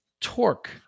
torque